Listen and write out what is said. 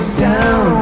down